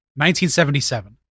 1977